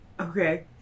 Okay